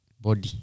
body